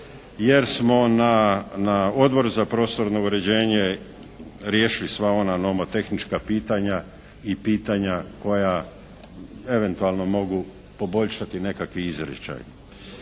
jer smo na Odboru za prostorno uređenje riješili sva ona nomotehnička pitanja i pitanja koja eventualno mogu poboljšati nekakvi izričaj.